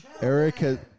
Eric